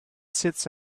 sits